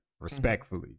respectfully